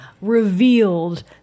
revealed